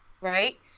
right